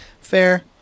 Fair